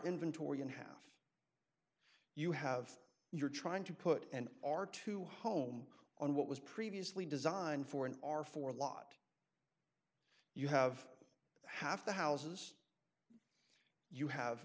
inventory and have you have your trying to put and are to home on what was previously designed for an r four a lot you have half the houses you have